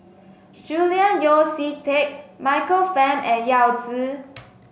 Julian Yeo See Teck Michael Fam and Yao Zi